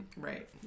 Right